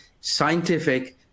scientific